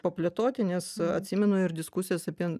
paplėtoti nes atsimenu ir diskusijas apie